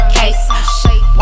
case